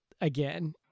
again